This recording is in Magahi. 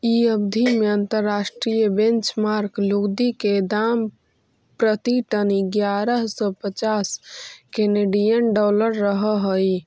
इ अवधि में अंतर्राष्ट्रीय बेंचमार्क लुगदी के दाम प्रति टन इग्यारह सौ पच्चास केनेडियन डॉलर रहऽ हई